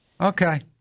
Okay